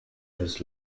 his